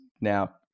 now